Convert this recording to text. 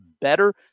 better